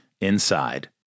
inside